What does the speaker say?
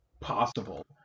possible